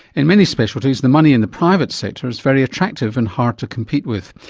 in many specialties, the money in the private sector is very attractive and hard to compete with.